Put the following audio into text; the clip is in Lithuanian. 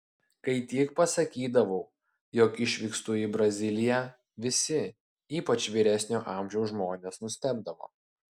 kai tik pasakydavau jog išvykstu į braziliją visi ypač vyresnio amžiaus žmonės nustebdavo